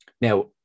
now